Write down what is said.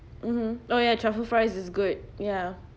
mmhmm oh ya truffle fries is good ya